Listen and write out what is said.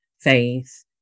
faith